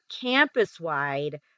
campus-wide